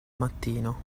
mattino